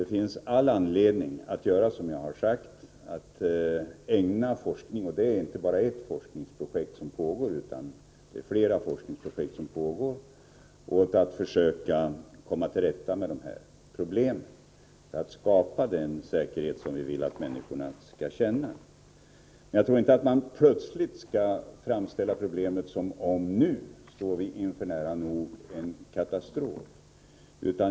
Det finns all anledning att, som jag sagt, ägna forskning — det är inte bara ett forskningsprojekt utan flera som pågår — åt att försöka komma till rätta med de här problemen för att skapa den säkerhet som vi vill att människorna skall känna. Men jag tror inte att man skall framställa det så, att vi nu plötsligt nära nog står inför en katastrof.